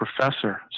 professor